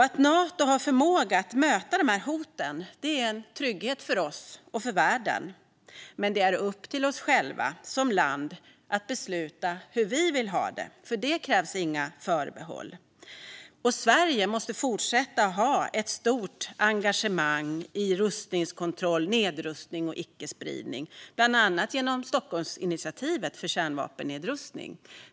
Att Nato har förmåga att möta dessa hot är en trygghet för oss och för världen. Men det är upp till oss själva som land att besluta hur vi vill ha det. För detta krävs inga förbehåll. Sverige måste fortsätta att ha ett stort engagemang i fråga om rustningskontroll, nedrustning och icke-spridning, bland annat genom Stockholmsinitiativet för kärnvapennedrustning.